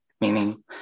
meaning